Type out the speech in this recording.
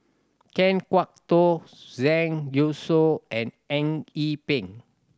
Kan Kwok Toh Zhang Youshuo and Eng Yee Peng